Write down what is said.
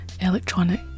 electronic